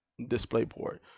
DisplayPort